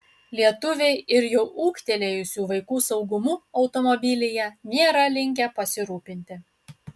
lietuviai ir jau ūgtelėjusių vaikų saugumu automobilyje nėra linkę pasirūpinti